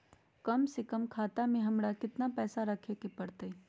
कम से कम खाता में हमरा कितना पैसा रखे के परतई?